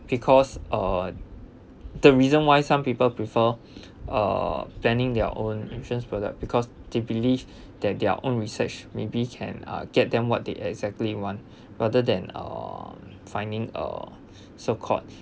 because uh the reason why some people prefer uh planning their own insurance product because they believe that their own research maybe can uh get them what they exactly want rather than uh finding uh so called